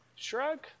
Shrug